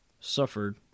suffered